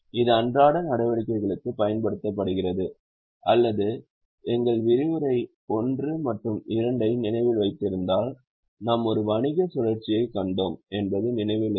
இது அன்றாட நடவடிக்கைகளுக்கு பயன்படுத்தப்படுகிறது அல்லது எங்கள் விரிவுரை 1 மற்றும் 2 ஐ நினைவில் வைத்திருந்தால் நாம் ஒரு வணிக சுழற்சியைக் கண்டோம் என்பது நினைவில் இருக்கும்